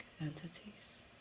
entities